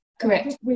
Correct